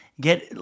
get